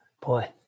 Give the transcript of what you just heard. Boy